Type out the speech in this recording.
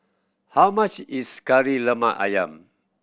how much is Kari Lemak Ayam